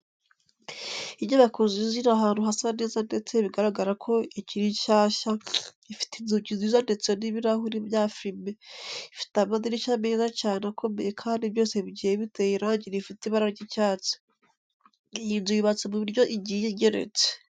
Inyubako nziza iri ahantu hasa neza ndetse bigaragara ko ikiri nshyashya, ifite inzugi nziza ndetse n'ibirahuri bya fime, ifite amadirishya meza cyane akomeye kandi byose bigiye biteye irangi rifite ibara ry'icyatsi. Iyi nzu yubatse mu buryo igiye igeretse.